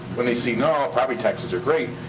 when they see, oh, property taxes are great,